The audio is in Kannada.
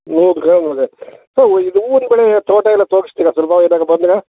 ನೂರು ಗ್ರಾಮ್ ಅದೇ ಸರ್ ಇದು ಹೂವಿನ ಬೆಳೆ ತೋಟ ಎಲ್ಲ ತೋರಿಸ್ತೀರಾ ಏನಾದ್ರೂ ಬಂದರೆ